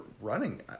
running